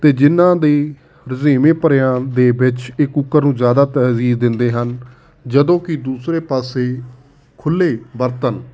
ਅਤੇ ਜਿਹਨਾਂ ਦੇ ਰੁਝੇਵੇਂ ਭਰਿਆਂ ਦੇ ਵਿੱਚ ਇਹ ਕੁਕਰ ਨੂੰ ਜ਼ਿਆਦਾ ਤਰਜੀਹ ਦਿੰਦੇ ਹਨ ਜਦੋਂ ਕਿ ਦੂਸਰੇ ਪਾਸੇ ਖੁੱਲ੍ਹੇ ਬਰਤਨ